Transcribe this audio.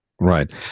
right